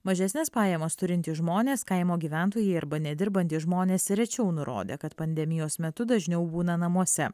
mažesnes pajamas turintys žmonės kaimo gyventojai arba nedirbantys žmonės rečiau nurodė kad pandemijos metu dažniau būna namuose